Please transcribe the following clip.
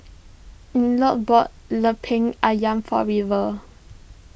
Elliot bought Lemper Ayam for River